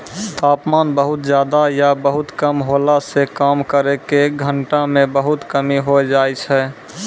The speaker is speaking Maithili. तापमान बहुत ज्यादा या बहुत कम होला सॅ काम करै के घंटा म बहुत कमी होय जाय छै